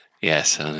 Yes